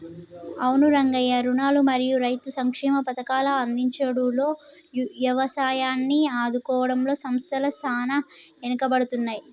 అవును రంగయ్య రుణాలు మరియు రైతు సంక్షేమ పథకాల అందించుడులో యవసాయాన్ని ఆదుకోవడంలో సంస్థల సాన ఎనుకబడుతున్నాయి